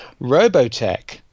Robotech